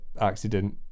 accident